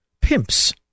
pimps